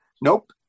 Nope